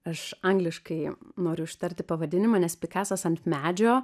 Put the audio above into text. aš angliškai noriu ištarti pavadinimą nes pikasas ant medžio